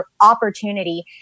opportunity